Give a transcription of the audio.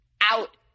out